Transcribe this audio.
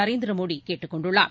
நரேந்திர மோடி கேட்டுக் கொண்டுள்ளார்